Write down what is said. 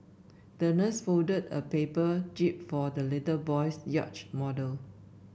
the nurse folded a paper jib for the little boy's yacht model